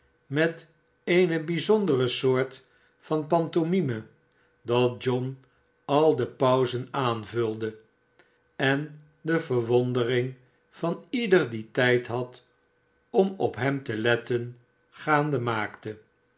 met eene ijzondere soort van pantomime dat john al de pauzen aanvulde en de verwondering van ieder die tijd had om op hem te letten gaande maakte